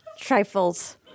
trifles